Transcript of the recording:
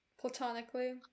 Platonically